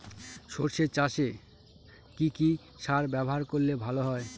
সর্ষে চাসে কি কি সার ব্যবহার করলে ভালো হয়?